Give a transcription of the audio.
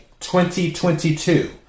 2022